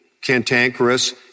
cantankerous